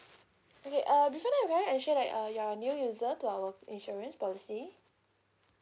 okay uh before that may I ensure that uh you are new user to our insurance policy